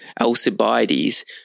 Alcibiades